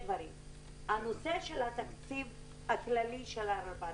הנושא של התקציב הכללי של הרלב"ד,